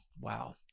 Wow